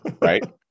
Right